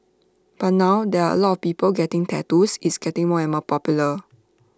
but now there are lot people getting tattoos it's getting more and more popular